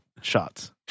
shots